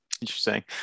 interesting